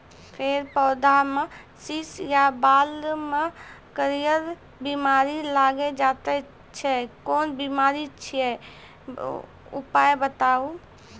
फेर पौधामें शीश या बाल मे करियर बिमारी लागि जाति छै कून बिमारी छियै, उपाय बताऊ?